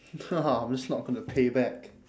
I'm just not gonna pay back